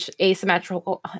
asymmetrical